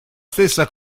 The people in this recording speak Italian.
stessa